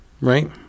right